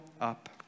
up